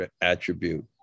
attribute